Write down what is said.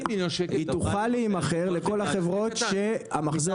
היא תוכל להימכר לכל החברות שהמחזור